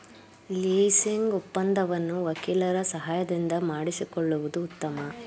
leasing ಒಪ್ಪಂದವನ್ನು ವಕೀಲರ ಸಹಾಯದಿಂದ ಮಾಡಿಸಿಕೊಳ್ಳುವುದು ಉತ್ತಮ